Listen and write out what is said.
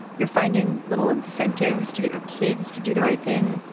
you're finding little incentives to get your kids to do the right thing,